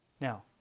Now